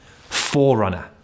Forerunner